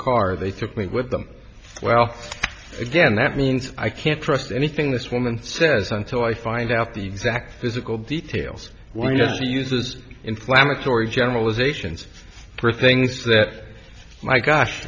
car they took me with them well then that means i can't trust anything this woman says until i find out the exact physical details why yes she uses inflammatory generalizations for things that my